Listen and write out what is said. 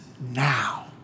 now